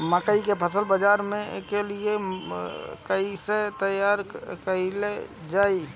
मकई के फसल बाजार के लिए कइसे तैयार कईले जाए?